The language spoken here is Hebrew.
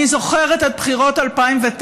אני זוכרת את בחירות 2009,